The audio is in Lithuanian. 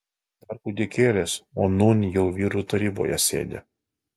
dar kūdikėlis o nūn jau vyrų taryboje sėdi